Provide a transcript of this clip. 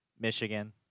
Michigan